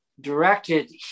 directed